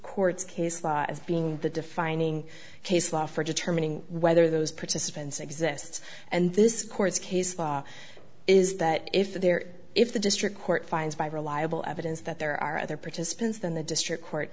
court's case law as being the defining case law for determining whether those participants exists and this court's case law is that if there if the district court finds by reliable evidence that there are other participants then the district court